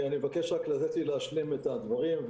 אני מבקש רק לתת לי להשלים את הדברים.